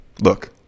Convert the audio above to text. look